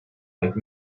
like